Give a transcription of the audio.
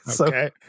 okay